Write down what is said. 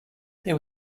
there